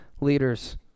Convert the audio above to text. leaders